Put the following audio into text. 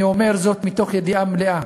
אני אומר זאת מתוך ידיעה מלאה,